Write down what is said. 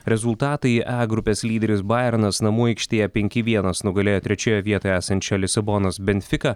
rezultatai e grupės lyderis bajernas namų aikštėje penki vienas nugalėjo trečioje vietoje esančią lisabonos benfika